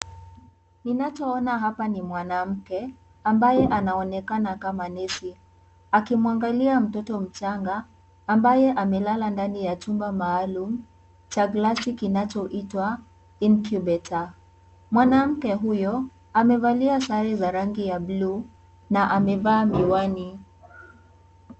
Ninachoona hapa ni mwanamke, ambaye anaonekana kama nesi. Akimwangalia mtoto mchanga, ambaye amelala ndani ya chumba maalum, cha glasi kinachoitwa incubator . Mwanamke huyo, amevalia sare za rangi ya bluu, na amevaa miwani.